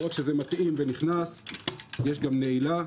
לא רק שזה מתאים ונכנס, יש גם נעילה.